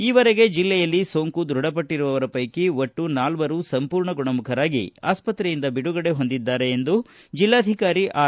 ಈವರೆಗೆ ಜಿಲ್ಲೆಯಲ್ಲಿ ಸೋಂಕು ದೃಡಪಟ್ಟರುವವರ ಪೈಕಿ ಒಟ್ಟು ನಾಲ್ವರು ಸಂಪೂರ್ಣ ಗುಣಮುಖರಾಗಿ ಆಸ್ಪತ್ರೆಯಿಂದ ಬಿಡುಗಡೆ ಹೊಂದಿದ್ದಾರೆ ಎಂದು ಜಿಲ್ಲಾಧಿಕಾರಿ ಆರ್